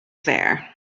there